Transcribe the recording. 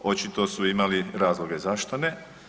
Očito su imali razloge zašto ne.